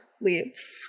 leaves